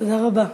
תודה רבה.